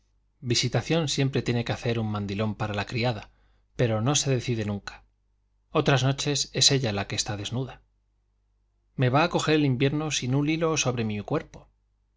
visitación siempre tiene que hacer un mandilón para la criada pero no se decide nunca otras noches es ella la que está desnuda me va a coger el invierno sin un hilo sobre mi cuerpo